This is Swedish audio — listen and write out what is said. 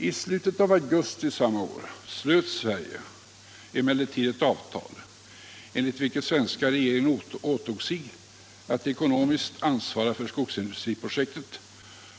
I slutet av augusti samma år slöt emellertid Sverige ett avtal, enligt vilket den svenska regeringen åtog sig att ekonomiskt ansvara för skogsindustriprojektet,